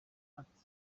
ati